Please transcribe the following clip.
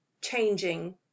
changing